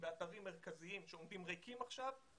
באתרים מרכזיים שעומדים עכשיו ריקים,